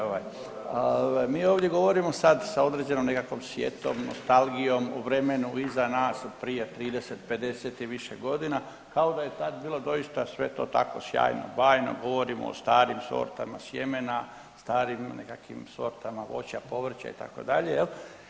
Ovaj, mi ovdje govorimo sad sa određenom nekakvom sjetom, nostalgijom, o vremenu iza nas od prije 30, 50 i više godina kao da je tad bilo doista sve to tako sjajno, bajno, govorim o starim sortama sjemena, starim nekakvim sortama voća, povrća, itd., je li?